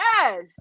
Yes